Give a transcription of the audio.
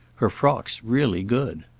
her frock's really good.